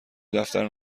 دفترم